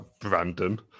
Brandon